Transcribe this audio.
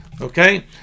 Okay